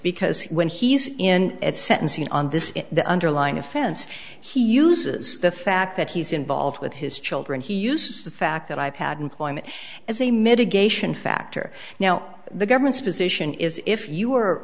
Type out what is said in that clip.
because when he's in at sentencing on this the underlying offense he uses the fact that he's involved with his children he uses the fact that i've had employment as a mitigation factor now the government's position is if you are